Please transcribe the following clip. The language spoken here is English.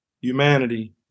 humanity